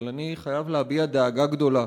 אבל אני חייב להביע דאגה גדולה